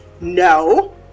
no